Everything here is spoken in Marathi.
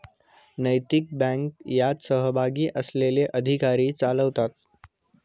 नैतिक बँक यात सहभागी असलेले अधिकारी चालवतात